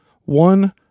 One